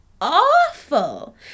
awful